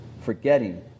forgetting